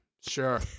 sure